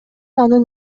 анын